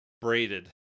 braided